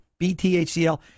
BTHCL